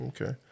Okay